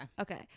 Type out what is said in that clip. Okay